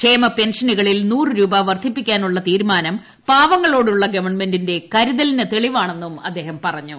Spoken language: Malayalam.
ക്ഷേമ പെൻഷനുകളിൽ നൂറു രൂപ വർദ്ധിപ്പിക്കാനുള്ള തീരുമാനം പാവങ്ങളോടുള്ള ഗവൺമെന്റിന്റെ കരുതലിന് തെളിവാണെന്നും അദ്ദേഹം പറഞ്ഞു